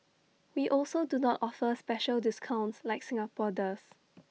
we also do not offer special discounts like Singapore does